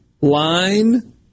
line